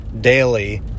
daily